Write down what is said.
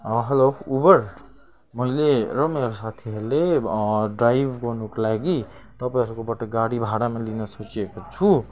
hello Uber मैले र मेरो साथीहरूले ड्राइभ गर्नुको लागि तपाईँहरूकोबाट गाडी भाडामा लिने सोचिएको छु